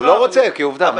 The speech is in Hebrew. הוא לא רוצה, כעובדה.